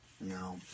No